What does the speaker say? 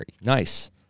Nice